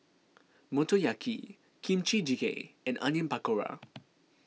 Motoyaki Kimchi Jjigae and Onion Pakora